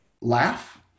laugh